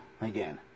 again